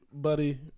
Buddy